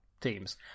teams